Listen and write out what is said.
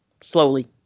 slowly